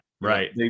right